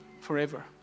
forever